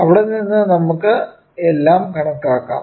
അവിടെ നിന്ന് നമുക്ക് എല്ലാം കണക്കാക്കാം